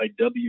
IW